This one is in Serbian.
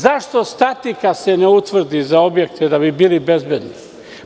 Zašto stati kada se ne utvrdi za objekte da bi bili bezbedni?